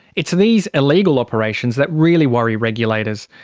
it's these illegal operations that really worry regulators,